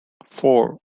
four